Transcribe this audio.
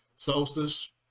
solstice